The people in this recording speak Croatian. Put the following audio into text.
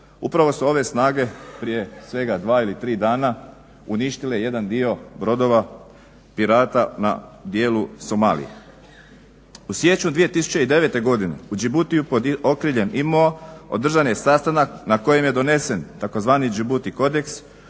Upravo su ove snage prije svega dva ili tri dana uništile jedan dio brodova pirata na dijelu Somalije. U siječnju 2009. godine u Gibutiju pod okriljem IMO održan je sastanak na kojem je donesen tzv. Gibuti kodeks